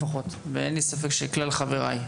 ואין לי ספק שגם חבריי,